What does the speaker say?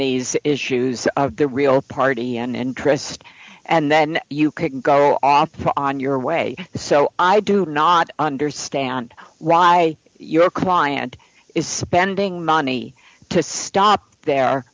these issues of the real party an interest and then you can go off on your way so i do not understand why your client is spending money to stop